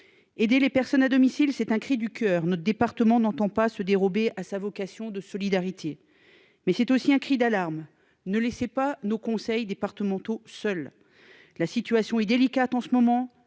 des les personnes à domicile, c'est un cri du coeur ne département n'entend pas se dérober à sa vocation de solidarité. Mais c'est aussi un cri d'alarme ne laissait pas nos conseils départementaux seule. La situation est délicate en ce moment